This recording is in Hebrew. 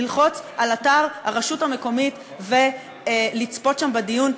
ללחוץ על אתר הרשות המקומית ולצפות שם בדיון?